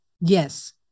Yes